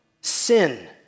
sin